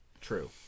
True